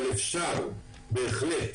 אבל אפשר בהחלט